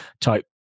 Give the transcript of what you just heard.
type